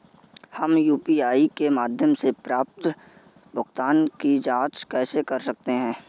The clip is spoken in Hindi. हम यू.पी.आई के माध्यम से प्राप्त भुगतान की जॉंच कैसे कर सकते हैं?